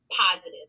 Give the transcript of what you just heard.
positive